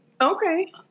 Okay